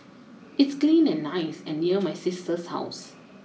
it's clean and nice and near my sister's house